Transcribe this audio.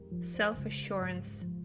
self-assurance